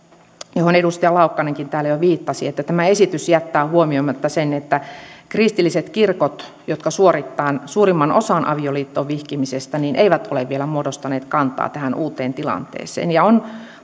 mihin edustaja laukkanenkin täällä jo viittasi että tämä esitys jättää huomioimatta sen että kristilliset kirkot jotka suorittavat suurimman osan avioliittoon vihkimisistä eivät ole vielä muodostaneet kantaa tähän uuteen tilanteeseen on